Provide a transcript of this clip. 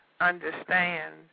understand